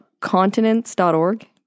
continents.org